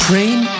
Train